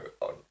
on